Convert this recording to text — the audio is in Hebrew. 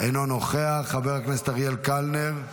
אינו נוכח, חברת הכנסת אריאל קלנר,